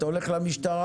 אתה הולך למשטרה,